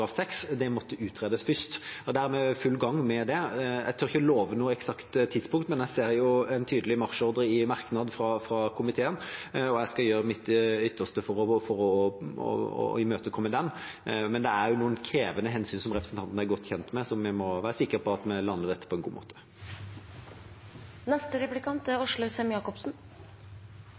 måtte utredes først. Det er vi i full gang med. Jeg tør ikke love noe eksakt tidspunkt, men jeg ser en tydelig marsjordre i merknad fra komiteen, og jeg skal gjøre mitt ytterste for å imøtekomme den. Men det er noen krevende hensyn, som representanten er godt kjent med, så vi må være sikre på at vi lander dette på en god måte. Nå skal jeg ta opp noe nytt og alvorlig, men det berører budsjettet. Når Norge er